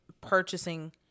purchasing